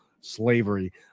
Slavery